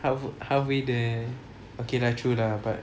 half halfway there okay lah true lah but